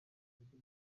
buryo